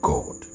God